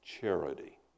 charity